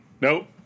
nope